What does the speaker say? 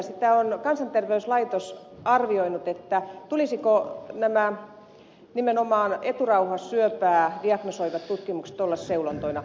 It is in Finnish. sitä on kansanterveyslaitos arvioinut tulisiko nimenomaan eturauhassyöpää diagnosoivien tutkimusten olla seulontoina